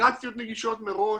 אפליקציות נגישות מראש,